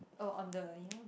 oh on the you know the